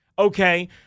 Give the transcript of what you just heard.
Okay